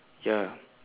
ya